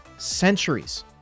centuries